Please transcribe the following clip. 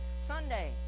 Sunday